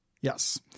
Yes